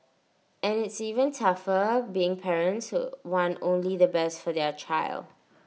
and it's even tougher being parents who want only the best for their child